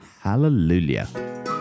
Hallelujah